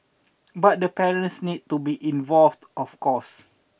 but the parents need to be involved of course